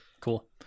cool